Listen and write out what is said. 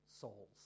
souls